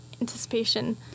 anticipation